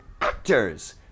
actors